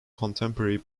contemporary